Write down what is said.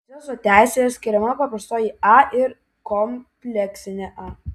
proceso teisėje skiriama paprastoji a ir kompleksinė a